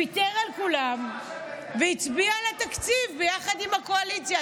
ויתר על כולן והצביע על התקציב ביחד עם הקואליציה.